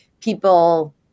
people